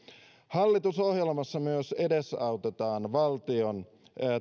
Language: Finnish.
hallitusohjelmassa myös edesautetaan valtion